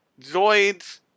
Zoids